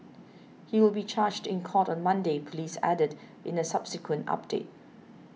he will be charged in court on Monday police added in a subsequent update